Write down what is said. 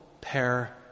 pair